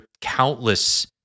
countless